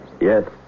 Yes